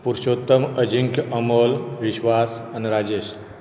पुरषोत्तम अजिंक्य अमोल विश्वास आनी राजेश